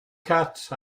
cats